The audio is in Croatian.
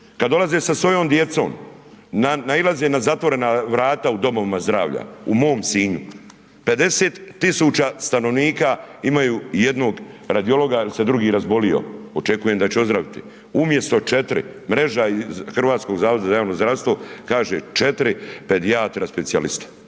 kada dolaze sa svojom djecom, nailaze na zatvorena vrata u domovima zdravlja, u mom Sinju, 50 tisuća stanovnika imaju jednog radiologa jer se drugi razbolio, očekujem da će ozdraviti. Umjesto 4 mreža Hrvatskog zavoda za javno zdravstvo, kaže 4 pedijatra specijalista,